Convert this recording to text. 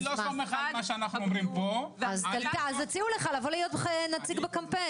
הציעו לך להיות בקמפיין